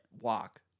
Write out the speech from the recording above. walk